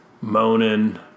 moaning